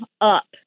up